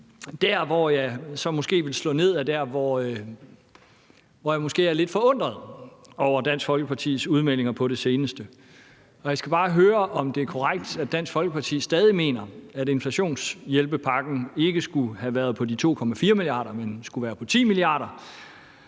områder, hvor jeg måske er lidt forundret over Dansk Folkepartis udmeldinger på det seneste. Jeg skal bare høre, om det er korrekt, at Dansk Folkeparti stadig mener, at inflationshjælpepakken ikke skulle have været på de 2,4 mia. kr., men på 10 mia. kr.